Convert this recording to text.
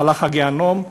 מהלך מהגיהינום,